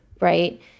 right